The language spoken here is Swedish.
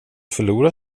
förlora